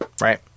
right